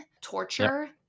torture